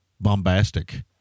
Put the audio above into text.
bombastic